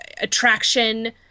attraction